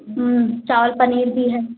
चावल पनीर भी है